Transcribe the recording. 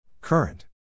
Current